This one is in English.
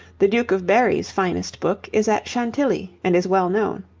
the duke of berry's finest book is at chantilly and is well known.